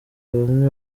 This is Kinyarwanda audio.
bamwe